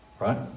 Right